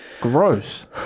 Gross